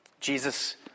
Jesus